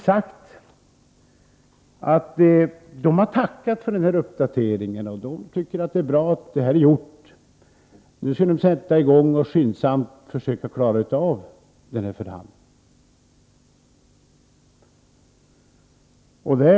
SJ har tackat för denna uppdatering och tycker att det är bra att den blivit gjord. Nu sätter man i gång för att skyndsamt klara av förhandlingen.